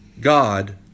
God